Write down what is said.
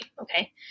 okay